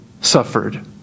suffered